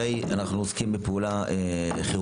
הרי, אנחנו עוסקים בפעולה כירורגית